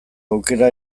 aukera